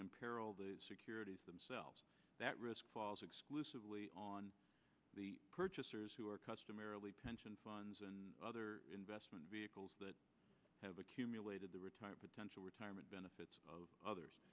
imperil the securities themselves that risk falls exclusively on the purchasers who are customarily pension funds and other investment vehicles that have accumulated the retired potential retirement benefits of others